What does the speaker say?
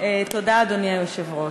אדוני היושב-ראש,